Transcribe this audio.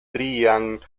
trian